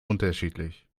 unterschiedlich